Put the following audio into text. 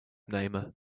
namer